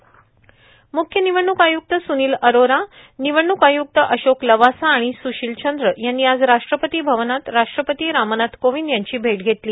आज मुख्य निवडणूक आयुक्त सुनील अरोरा निवडणूक आयुक्त अशोक लवासा आणि सुशील चंद्रा यांनी आज राष्ट्रपती अवनात राष्ट्रपती रामनाथ कोविंद यांची भेट घेतली